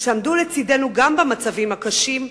שעמדו לצדנו גם במצבים הקשים,